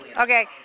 Okay